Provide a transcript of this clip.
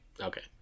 Okay